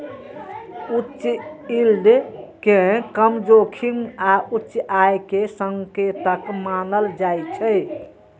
उच्च यील्ड कें कम जोखिम आ उच्च आय के संकेतक मानल जाइ छै